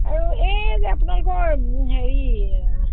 আৰু এই যে আপোনালোকৰ হেৰি